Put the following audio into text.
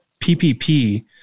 PPP